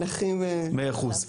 מאה אחוז.